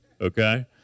okay